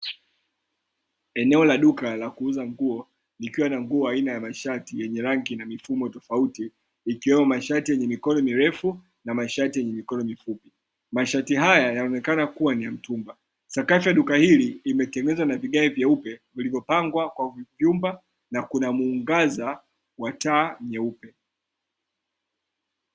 Eneo la duka la kuuza nguo likiwa na nguo wa aina ya masharti yenye rangi na mifumo tofauti ikiwemo mashati yenye mikono mirefu na mashati yenye mikono mifupi, masharti haya yanaonekana kuwa ni ya mtumba, sakafu ya duka hili imetengenezwa na vigae vyeupe vilivyopangwa kwa ujumla na kuna muungaza wataa nyeupe .